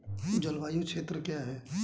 जलवायु क्षेत्र क्या है?